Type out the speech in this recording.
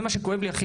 זה מה שהכי כואב לי.